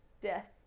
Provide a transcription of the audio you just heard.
death